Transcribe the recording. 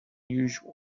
usual